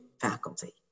faculty